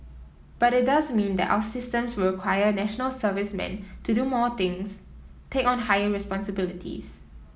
but it does mean that our systems will require National Servicemen to do more things take on higher responsibilities